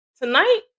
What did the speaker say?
tonight